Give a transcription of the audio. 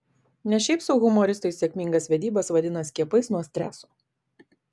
ne šiaip sau humoristai sėkmingas vedybas vadina skiepais nuo streso